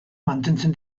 mantentzen